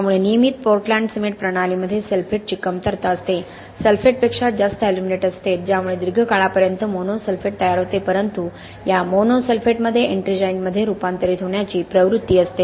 त्यामुळे नियमित Portland cement प्रणालीमध्ये सल्फेटची कमतरता असते सल्फेटपेक्षा जास्त एल्युमिनेट असते ज्यामुळे दीर्घकाळापर्यंत मोनो सल्फेट तयार होते परंतु या मोनो सल्फेटमध्ये एट्रिंजाइटमध्ये रूपांतरित होण्याची प्रवृत्ती असते